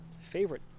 Favorite